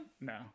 No